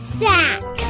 sack